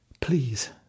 Please